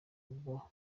bwo